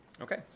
Okay